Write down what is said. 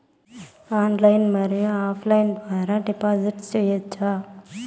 Online మరియు offline ద్వారా డిపాజిట్లు సేయొచ్చా?